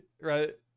right